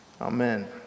Amen